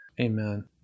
Amen